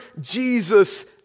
Jesus